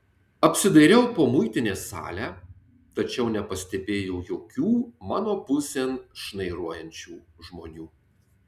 apsidairiau po muitinės salę tačiau nepastebėjau jokių mano pusėn šnairuojančių žmonių